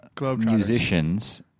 musicians